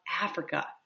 Africa